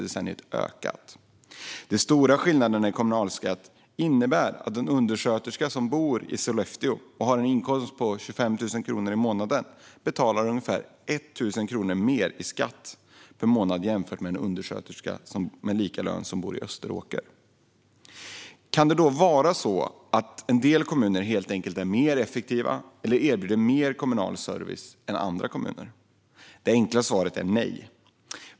De stora skillnaderna i kommunalskatt innebär att en undersköterska som bor i Sollefteå och har en inkomst på 25 000 kronor i månaden betalar ungefär 1 000 kronor mer i skatt per månad jämfört med en undersköterska med lika lön som bor i Österåker. Kan det vara så att en del kommuner helt enkelt är mer effektiva eller erbjuder mer kommunal service än andra? Det enkla svaret är nej.